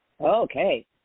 Okay